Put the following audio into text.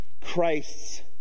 Christ's